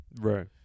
Right